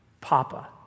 Papa